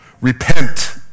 Repent